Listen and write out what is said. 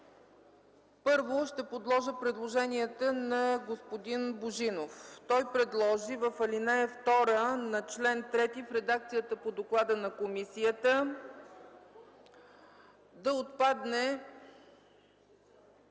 Първо, ще подложа предложенията на господин Божинов. Той предложи в ал. 2 на чл. 3 в редакцията по доклада на комисията да отпадне